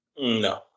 No